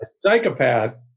psychopath